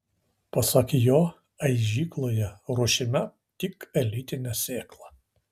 pasak jo aižykloje ruošiama tik elitinė sėkla